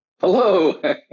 Hello